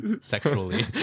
sexually